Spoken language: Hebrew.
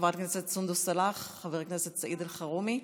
חברת הכנסת סונדוס סאלח, חבר הכנסת סעיד אלחרומי,